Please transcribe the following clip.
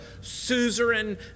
suzerain